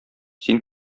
син